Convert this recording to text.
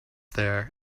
there